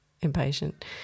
impatient